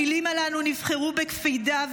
המילים הללו נבחרו בקפידה,